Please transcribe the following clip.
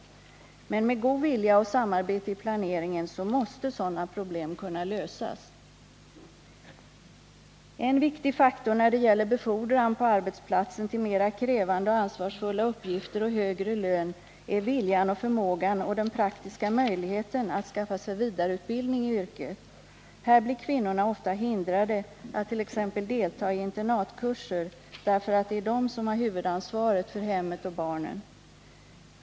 Men med god vilja och samarbete i planeringen måste sådana problem kunna lösas. En viktig faktor när det gäller befordran på arbetsplatsen till mera krävande och ansvarsfulla uppgifter och därmed högre lön är viljan och förmågan och den praktiska möjligheten att skaffa sig vidareutbildning i yrket. Här blir kvinnorna ofta hindrade att t.ex. delta i internatkurser. Det är nämligen kvinnorna som har huvudansvaret för hemmet och barnen.